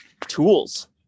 tools